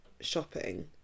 shopping